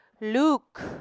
Luke